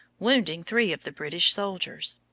wounding three of the british soldiers.